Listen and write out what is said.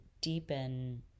deepen